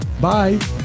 bye